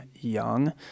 young